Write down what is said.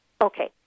Okay